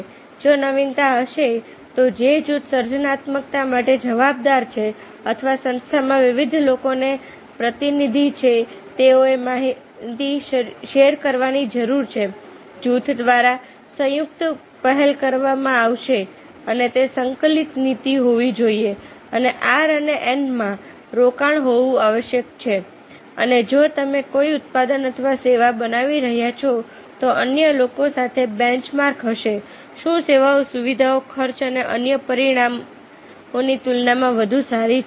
જો નવીનતા હશે તો જે જૂથ સર્જનાત્મકતા માટે જવાબદાર છે અથવા સંસ્થામાં વિવિધ લોકોના પ્રતિનિધિ છે તેઓએ માહિતી શેર કરવાની જરૂર છે જૂથ દ્વારા સંયુક્ત પહેલ કરવામાં આવશે અને તે સંકલિત નીતિ હોવી જોઈએ અને R અને N માં રોકાણ હોવું આવશ્યક છે અને જો તમે કોઈ ઉત્પાદન અથવા સેવા બનાવી રહ્યા છો તો તે અન્ય લોકો સાથે બેન્ચમાર્ક હશે શું સેવા સુવિધાઓ ખર્ચ અને અન્ય પરિમાણોની તુલનામાં વધુ સારી છે